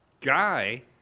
guy